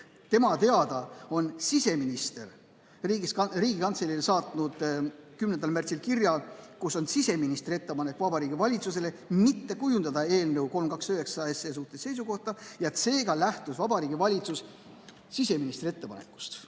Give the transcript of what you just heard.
tema teada on siseminister Riigikantseleile saatnud 10. märtsil kirja, kus on siseministri ettepanek Vabariigi Valitsusele mitte kujundada eelnõu 309 suhtes seisukohta. Seega lähtus Vabariigi Valitsus siseministri ettepanekust.